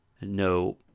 No